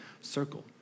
circle